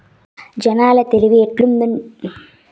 జనాల తెలివి ఎట్టుండాదంటే పొరల్ల నూనె, పొరలేని బియ్యం తింటాండారు